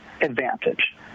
advantage